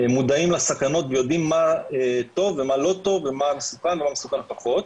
מודעים לסכנות ויודעים מה טוב ומה לא טוב ומה מסוכן או מה מסוכן פחות,